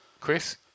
Chris